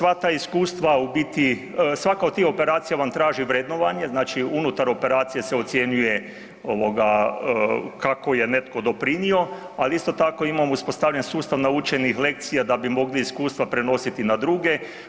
Sve, sva ta iskustva u biti, svaka od tih operacija vam traži vrednovanje, znači unutar operacije se ocjenjuje ovoga kako je netko doprinio, ali isto tako imamo uspostavljen sustav naučenih lekcija da bi mogli iskustva prenositi na druge.